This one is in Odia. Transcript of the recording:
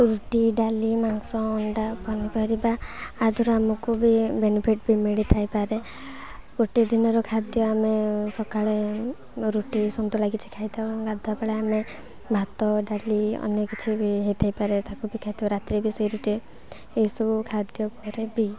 ରୁଟି ଡାଲି ମାଂସ ଅଣ୍ଡା ପନିପରିବା ୟା'ଦ୍ୱାରା ଆମକୁ ବି ବେନିଫିଟ୍ ବି ମିଳିଥାଇ ପାରେ ଗୋଟିଏ ଦିନର ଖାଦ୍ୟ ଆମେ ସକାଳେ ରୁଟି ସନ୍ତୁଳା କିଛି ଖାଇଥାଉ ଗାଧୁଆ'ବେଳେ ଆମେ ଭାତ ଡାଲି ଅନେକ କିଛି ବି ହେଇଥାଇପାରେ ତାକୁ ବି ଖାଇଥାଉ ରାତ୍ରି ବି ସେଇ ରୁଟି ଏଇସବୁ ଖାଦ୍ୟ ପରେ ବି